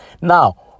Now